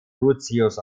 lucius